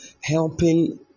helping